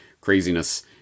craziness